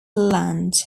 land